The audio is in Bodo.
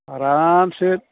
आरामसे